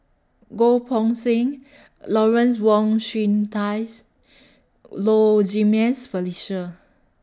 Goh Poh Seng Lawrence Wong Shyun Tsai's Low Felicia